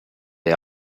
the